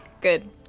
Good